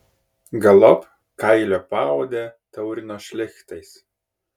galop kailio paodę taurino šlichtais